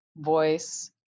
voice